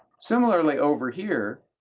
similarly, over here,